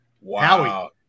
wow